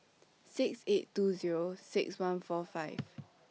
six eight two Zero six one four five